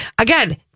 Again